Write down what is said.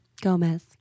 Gomez